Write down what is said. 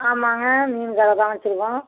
ஆமாங்க மீன் கடைதான் வச்சிருக்கோம்